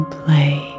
play